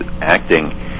acting